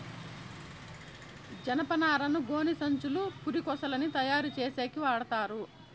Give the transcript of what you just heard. జనపనారను గోనిసంచులు, పురికొసలని తయారు చేసేకి వాడతారు